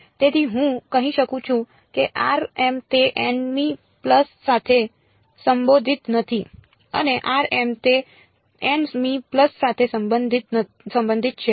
તેથી હું કહી શકું છું કે તે n મી પલ્સ સાથે સંબંધિત નથી અને તે n મી પલ્સ સાથે સંબંધિત છે